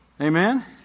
Amen